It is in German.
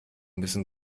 müssen